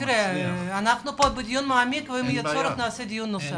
אנחנו בדיון מעמיק ואם יהיה צורך נעשה דיון נוסף.